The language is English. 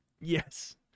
Yes